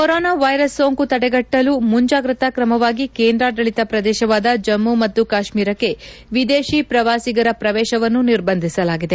corona virus ಸೋಂಕು ತಡೆಗಟ್ಟಲು ಮುಂಜಾಗ್ರತಾ ಕ್ರಮವಾಗಿ ಕೇಂದ್ರಾಡಳಿತ ಪ್ರದೇಶವಾದ ಜಮ್ಗು ಮತ್ತು ಕಾಶ್ಮೀರಕ್ಕೆ ವಿದೇಶಿ ಪ್ರವಾಸಿಗರ ಪ್ರವೇಶವನ್ನು ನಿರ್ಬಂಧಿಸಲಾಗಿದೆ